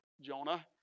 Jonah